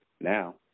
Now